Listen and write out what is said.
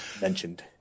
mentioned